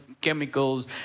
chemicals